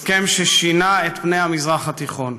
הסכם ששינה את פני המזרח התיכון.